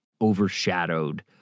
overshadowed